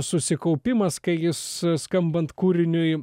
susikaupimas kai jis skambant kūriniui